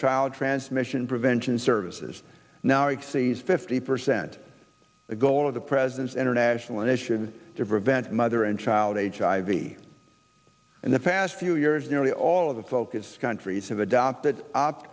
child transmission prevention services now exceeds fifty percent a goal of the president's international initiative to prevent mother and child h i v and the past few years nearly all of the focus countries have adopted opt